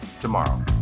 tomorrow